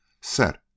set